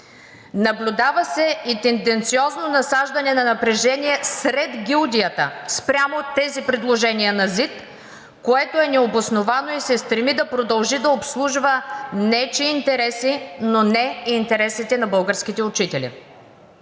Наблюдава се и тенденциозно насаждане на напрежение сред гилдията спрямо тези предложения на ЗИД, което е необосновано и се стреми да продължи да обслужва нечии интереси, но не и интересите на българските учители.